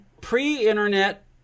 pre-internet